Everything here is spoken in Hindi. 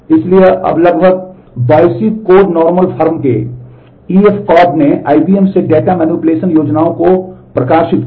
इसलिए जब लगभग Boyce Codd Normal Form के E F Codd ने आईबीएम से डेटा मैनीपुलेशन योजनाओं को प्रकाशित किया